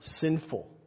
sinful